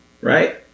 right